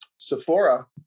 Sephora